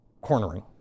cornering